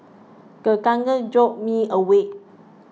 the thunder jolt me awake